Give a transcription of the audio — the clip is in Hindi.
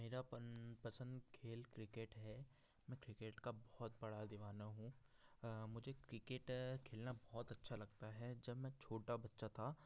मेरा मन पसंद खेल क्रिकेट है मैं क्रिकेट का बहुत बड़ा दीवाना हूँ मुझे क्रिकेट खेलना बहुत अच्छा लगता है जब मैं छोटा बच्चा था